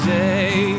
day